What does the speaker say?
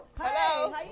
Hello